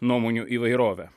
nuomonių įvairovę